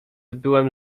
byłem